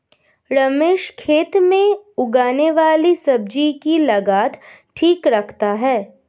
रमेश खेत में उगने वाली सब्जी की लागत ठीक रखता है